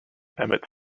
emmett